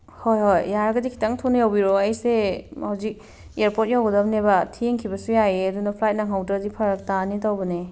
ꯍꯣꯏ ꯍꯣꯏ ꯌꯥꯔꯒꯗꯤ ꯈꯤꯇꯪ ꯊꯨꯅ ꯌꯧꯕꯤꯔꯛꯑꯣ ꯑꯩꯁꯦ ꯍꯧꯖꯤꯛ ꯑꯦꯌꯥꯔꯄꯣꯔꯠ ꯌꯧꯒꯗꯕꯅꯦꯕ ꯊꯦꯡꯈꯤꯕꯁꯨ ꯌꯥꯏꯑꯦ ꯑꯗꯨꯅ ꯐ꯭ꯂꯥꯏꯠ ꯅꯪꯍꯧꯗ꯭ꯔꯗꯤ ꯐꯔꯛ ꯇꯥꯅꯤ ꯇꯧꯕꯅꯦ